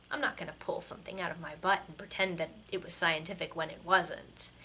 i'm not gonna pull something out of my butt and pretend but it was scientific when it wasn't.